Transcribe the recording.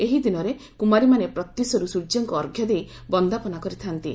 ଏହି ଦିନରେ କୁମାରୀମାନେ ପ୍ରତ୍ୟୁଷରୁ ସୂର୍ଯ୍ୟଙ୍କୁ ଅର୍ଘ୍ୟ ଦେଇ ବନ୍ଦାପନା କରିଥାନ୍ତି